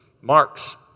Marx